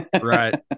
right